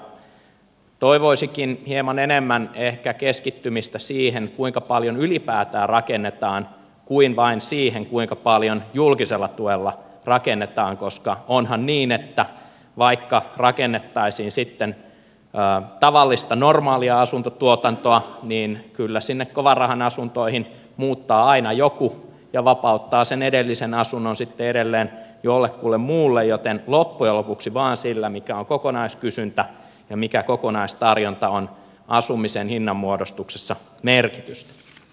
toivoisinkin ehkä hieman enemmän keskittymistä siihen kuinka paljon ylipäätään rakennetaan kuin vain siihen kuinka paljon julkisella tuella rakennetaan koska onhan niin että vaikka rakennettaisiin sitten tavallista normaalia asuntotuotantoa niin kyllä sinne kovanrahan asuntoihin muuttaa aina joku ja vapauttaa sen edellisen asunnon sitten edelleen jollekulle muulle joten loppujen lopuksi vain sillä mikä on kokonaiskysyntä ja mikä kokonaistarjonta on asumisen hinnanmuodostuksessa merkitystä